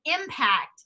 impact